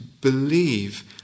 believe